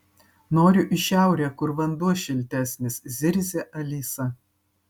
noriu į šiaurę kur vanduo šiltesnis zirzia alisa